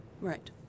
Right